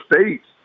states